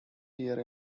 here